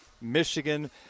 Michigan